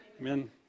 Amen